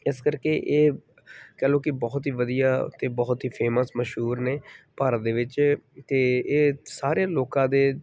ਇਸ ਕਰਕੇ ਇਹ ਕਹਿ ਲਓ ਕਿ ਬਹੁਤ ਹੀ ਵਧੀਆ ਅਤੇ ਬਹੁਤ ਹੀ ਫੇਮਸ ਮਸ਼ਹੂਰ ਨੇ ਭਾਰਤ ਦੇ ਵਿੱਚ ਅਤੇ ਇਹ ਸਾਰੇ ਲੋਕਾਂ ਦੇ